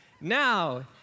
Now